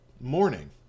morning